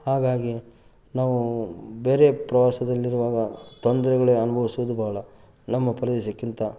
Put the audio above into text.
ಹಾಗಾಗಿ ನಾವು ಬೇರೆ ಪ್ರವಾಸದಲ್ಲಿರುವಾಗ ತೊಂದರೆಗಳೇ ಅನುಭವಿಸಿದ್ದು ಭಾಳ ನಮ್ಮ ಪ್ರದೇಶಕ್ಕಿಂತ